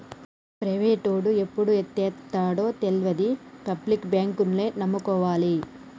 ప్రైవేటోడు ఎప్పుడు ఎత్తేత్తడో తెల్వది, పబ్లిక్ బాంకుల్నే నమ్ముకోవాల